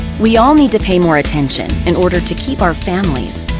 we all need to pay more attention in order to. keep our families,